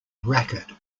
racket